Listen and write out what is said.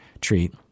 treat